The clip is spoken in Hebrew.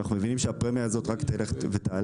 ואנחנו מבינים שהפרמיה הזו רק תלך ותעלה.